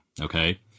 okay